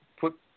put